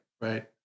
right